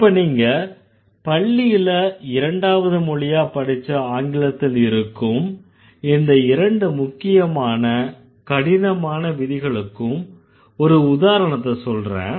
இப்ப நீங்க பள்ளியில இரண்டாவது மொழியாக படிச்ச ஆங்கிலத்தில் இருக்கும் இந்த இரண்டு முக்கியமான கடினமான விதிகளுக்கும் ஒரு உதாரணத்த சொல்றேன்